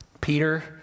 Peter